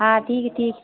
हा ठीकु ठीकु